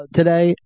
today